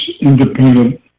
independent